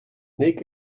nick